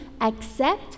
accept